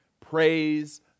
Praise